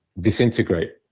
disintegrate